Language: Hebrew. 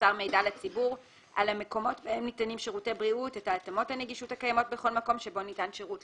הנגישות במלואה בסיום פרק הזמן הראשון לפי סעיף 3(א).